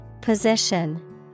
Position